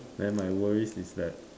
then my worries is that